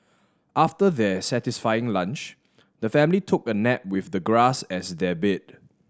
after their satisfying lunch the family took a nap with the grass as their bed